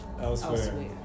elsewhere